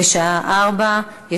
בשעה 16:00.